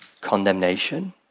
condemnation